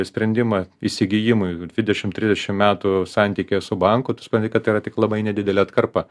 sprendimą įsigijimui dvidešimt trisdešimt metų santykyje su banku tu supranti kad tai yra tik labai nedidelė atkarpa